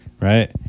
right